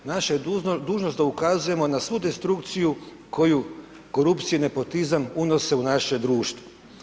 Naša je dužnost da ukazujemo na svu destrukciju koju korupcija i nepotizam unose u naše društvo.